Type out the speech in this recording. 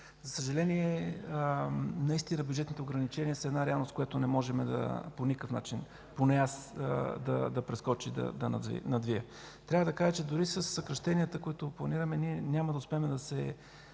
За съжаление наистина бюджетните ограничения са една реалност, която не можем по никакъв начин, поне аз, да прескоча и надвия. Трябва да кажа, че дори със съкращенията, които планираме, няма да успеем да се